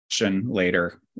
later